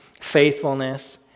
faithfulness